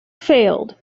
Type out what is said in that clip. failed